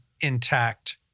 intact